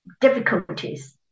difficulties